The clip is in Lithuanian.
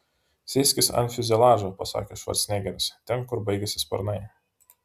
sėskis ant fiuzeliažo pasakė švarcnegeris ten kur baigiasi sparnai